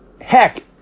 Heck